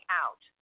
out